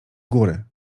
góry